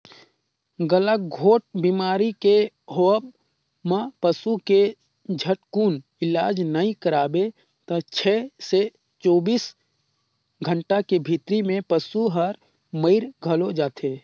गलाघोंट बेमारी के होवब म पसू के झटकुन इलाज नई कराबे त छै से चौबीस घंटा के भीतरी में पसु हर मइर घलो जाथे